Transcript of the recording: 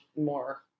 More